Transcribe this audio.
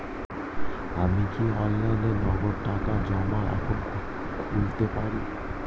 আমি কি অনলাইনে নগদ টাকা জমা এখন খুলতে পারি?